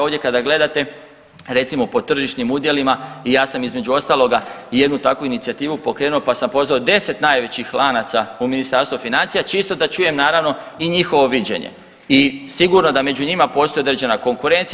Ovdje kada gledate recimo po tržišnim udjelima i ja sam između ostaloga i jednu takvu inicijativu pokrenuo pa sam pozvao 10 najvećih lanaca u Ministarstvo financija čisto da čujem naravno i njihovo viđenje i sigurno da među njima postoji određena konkurencija.